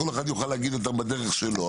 כל אחד יוכל להגיד אותם בדרך שלו,